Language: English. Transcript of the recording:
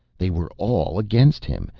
they were all against him!